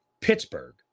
Pittsburgh